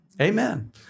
Amen